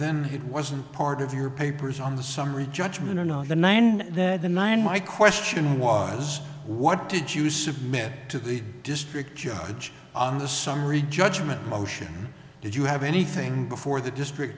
then it wasn't part of your papers on the summary judgment or no the nine and that the nine my question was what did you submit to the district judge on the summary judgment motion did you have anything before the district